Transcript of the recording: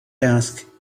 ask